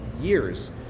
years